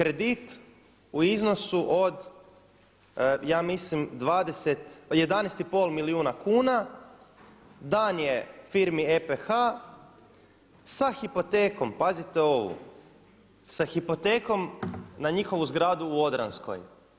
Kredit u iznosu od ja mislim 11,5 milijuna kuna dan je firmi EPH sa hipotekom, pazite ovo, sa hipotekom na njihovu zgradu u Odranskoj.